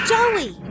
Joey